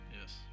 Yes